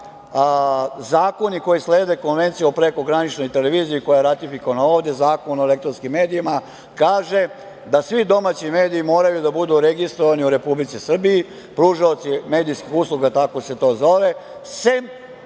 zakoni koji slede Konvenciju o prekograničnoj televiziji, koja je ratifikovana ovde, Zakon o elektronskim medijima kaže da svi domaći mediji moraju da budu registrovani u Republici Srbiji, pružaoci medijskih usluga, kako se to zove, sem